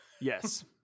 Yes